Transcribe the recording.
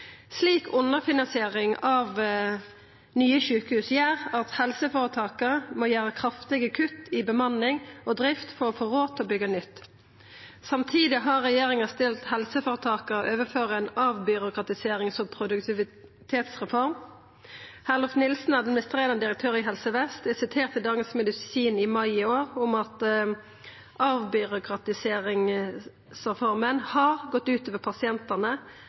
slik underfinansiering av nye sjukehus gjer at helseføretaka må gjera kraftige kutt i bemanning og drift for å få råd til å byggja nytt. Samtidig har regjeringa stilt helseføretaka overfor ei avbyråkratiserings- og produktivitetsreform. Herlof Nilssen, administrerande direktør i Helse Vest, er sitert i Dagens Medisin i mai i år på at avbyråkratiseringsreforma har gått ut over pasientane.